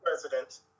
president